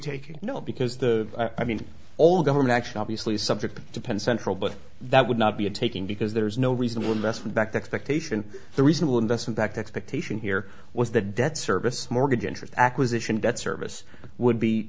know because the i mean all government action obviously subject to penn central but that would not be a taking because there is no reason the investment back the expectation the reasonable investment act expectation here was that debt service mortgage interest acquisition debt service would be